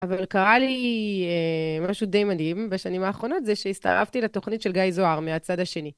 אבל קרה לי משהו די מדהים בשנים האחרונות זה שהצטרפתי לתוכנית של גיא זוהר מהצד השני.